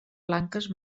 blanques